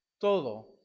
todo